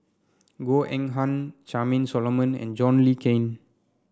Goh Eng Han Charmaine Solomon and John Le Cain